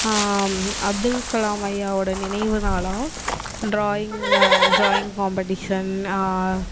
அப்துல்கலாம் ஐயாவோட நினைவு நாளாக டிராயிங் டிராயிங் காம்படிஷன்